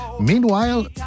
Meanwhile